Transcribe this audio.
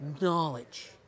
knowledge